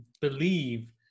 believe